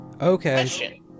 Okay